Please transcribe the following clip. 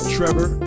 Trevor